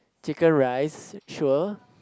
Chicken Rice sure